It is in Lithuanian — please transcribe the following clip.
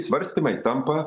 svarstymai tampa